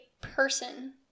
person